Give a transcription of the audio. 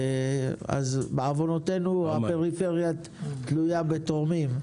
אז בעוונותינו הפריפריה תלויה בתורמים.